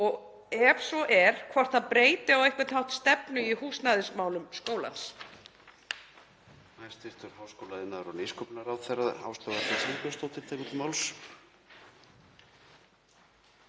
og ef svo er, hvort það breyti á einhvern hátt stefnu í húsnæðismálum skólans.